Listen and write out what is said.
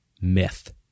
myth